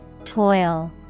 Toil